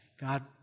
God